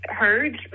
heard